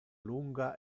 lunga